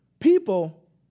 people